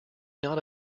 not